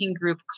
group